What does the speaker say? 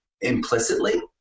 implicitly